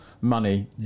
money